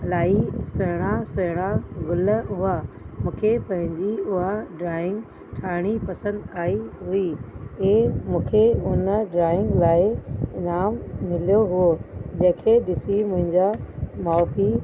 इलाही सुहिणा सुहिणा गुल हुआ मूंखे पंहिंजी उहा ड्राइंग ठाहिणी पसंदि आई हुई ऐं मूंखे उन ड्राइंग लाइ इनाम मिलियो हो जंहिं खे ॾिसी मुंहिंजा माउ पीउ